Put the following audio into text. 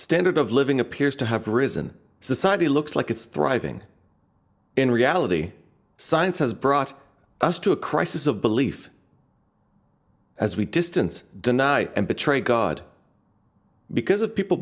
standard of living appears to have risen society looks like it's thriving in reality science has brought us to a crisis of belief as we distance deny and betray god because of people